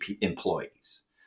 employees